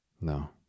No